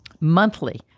Monthly